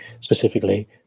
specifically